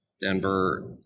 Denver